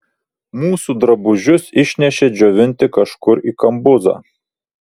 mūsų drabužius išnešė džiovinti kažkur į kambuzą